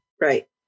Right